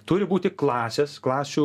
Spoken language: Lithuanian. turi būti klasės klasių